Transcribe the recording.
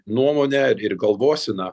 nuomone ir galvosena